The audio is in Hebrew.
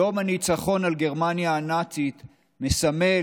יום הניצחון על גרמניה הנאצית מסמל